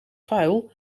vuil